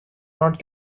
not